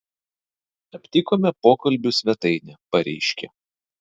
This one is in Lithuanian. aptikome pokalbių svetainę pareiškė